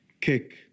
kick